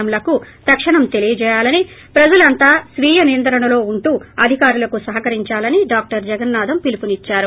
ఎం లకు తక్షణం తెలియజేయాలని ప్రజలు అందరూ స్వీయ నియంత్రణలో ఉంటూ అధికారులకు సహకరించాలని డాక్టర్ జగన్నా ధమ్ పిలుపునిచ్చారు